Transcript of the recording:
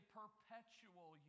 perpetual